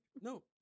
No